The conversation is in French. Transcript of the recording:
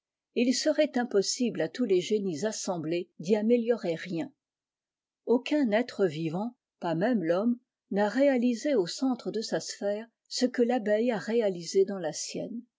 il serait impossible à tous les génies assemblés d'y améliorer rien aucun être vivant pas même rbomme n'a réalisé au centre de sa sphère ce que l'abeille a réalisé dans la sienne